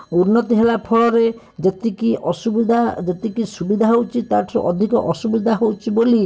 ଉନ୍ନତି ହେଲା ଫଳରେ ଯେତିକି ଅସୁବିଧା ଯେତିକି ସୁବିଧା ହେଉଛି ତା'ଠାରୁ ଅଧିକ ଅସୁବିଧା ହେଉଛି ବୋଲି